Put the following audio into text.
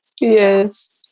Yes